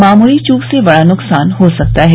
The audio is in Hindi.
मामूली चूक से बड़ा नुकसान हो सकता है